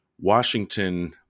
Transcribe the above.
Washington